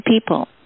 people